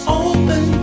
open